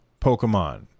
Pokemon